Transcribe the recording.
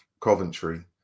Coventry